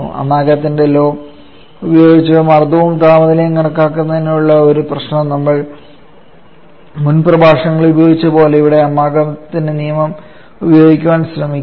അമാഗത്തിന്റെ law Amagat's law ഉപയോഗിച്ച് മർദ്ദവും താപനിലയും കണക്കാക്കുന്നതിനുള്ള ഒരു പ്രശ്നം നമ്മൾ മുൻ പ്രഭാഷണത്തിൽ ഉപയോഗിച്ച പോലെ ഇവിടെ അമാഗത്തിന്റെ നിയമം ഉപയോഗിക്കാൻ ശ്രമിക്കുക